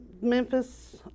Memphis